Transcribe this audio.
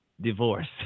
divorce